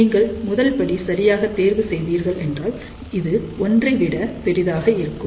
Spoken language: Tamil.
நீங்கள் முதல் படி சரியாகத் தேர்வு செய்தீர்கள் என்றால் இது ஒன்றை விட பெரிதாக இருக்கும்